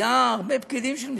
היו הרבה פקידים של משרד,